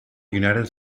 united